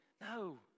no